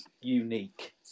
unique